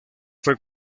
fue